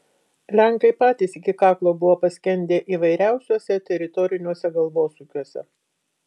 lenkai patys iki kaklo buvo paskendę įvairiausiuose teritoriniuose galvosūkiuose